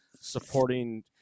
supporting